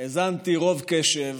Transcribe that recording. האזנתי ברוב קשב